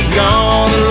gone